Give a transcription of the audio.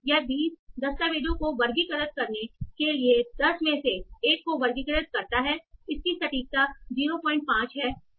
यह 20 दस्तावेजों को वर्गीकृत करने के लिए 10 मे से एक को वर्गीकृत करता है इसकी सटीकता 05 है